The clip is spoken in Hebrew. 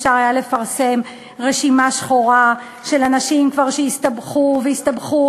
אפשר היה לפרסם רשימה שחורה של אנשים שהסתבכו והסתבכו,